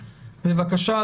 בבקשה,